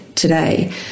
today